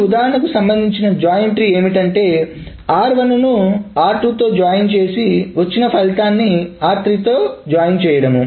ఈ ఉదాహరణ కు సంబంధించిన జాయిన్ ట్రీ ఏమిటంటే r1 ను r2 తో జాయిన్ చేసి వచ్చిన ఫలితాన్ని r3 తో జాయిన్ చేయడం